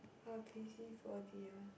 uh busybody ah